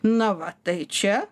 na va tai čia